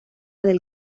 del